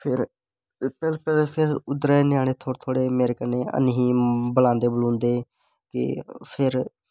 फिर पैह्लैं पैह्लैं फिर उध्दरा दे ञ्यानें मेरे कन्नै ऐनी हे बलांदे बलूंदे ते फिर